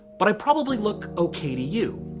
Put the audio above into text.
but i probably look okay to you.